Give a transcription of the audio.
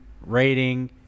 rating